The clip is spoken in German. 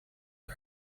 die